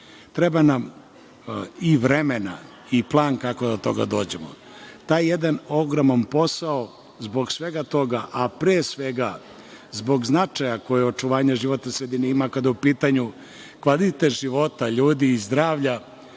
Treba nam i vremena i plan kako da do toga dođemo. Taj jedan ogroman posao zbog sveta toga, a pre svega zbog značaja koje očuvanje životne sredine ima kada je u pitanju kvalitet života ljudi i zdravlja.